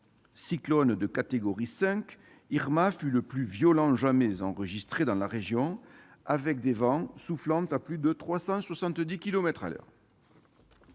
Ouragan de catégorie 5, Irma fut le plus violent jamais enregistré dans la région, avec des vents soufflant à plus de 370 kilomètres-heure.